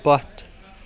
پَتھ